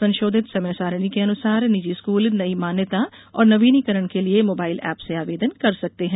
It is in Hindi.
संशोधित समय सारणी के अनुसार निजी स्कूल नई मान्यता और नवीनीकरण के लिए मोबाइल ऐप से आवेदन कर सकते हैं